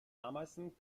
ameisen